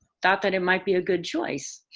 thought that it might be a good choice.